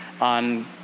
on